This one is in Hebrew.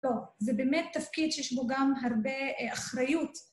טוב, זה באמת תפקיד שיש בו גם הרבה אחריות.